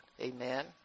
Amen